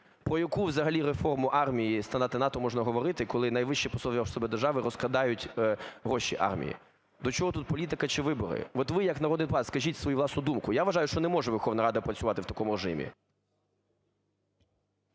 Про яку взагалі реформу армії і стандарти НАТО можна говорити, коли найвищі посадові особи держави розкрадають гроші армії? До чого тут політика чи вибори? От ви як народний депутат скажіть свою власну думку. Я вважаю, що не може Верховна Рада працювати в такому режимі.